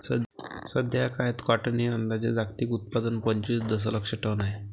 सध्याचा काळात कॉटन हे अंदाजे जागतिक उत्पादन पंचवीस दशलक्ष टन आहे